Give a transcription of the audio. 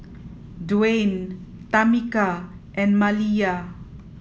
Dwain Tamika and Maliyah